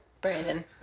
Brandon